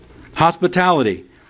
Hospitality